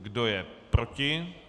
Kdo je proti?